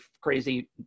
crazy